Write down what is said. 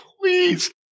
please